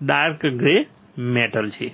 dark grey metal છે